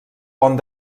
pont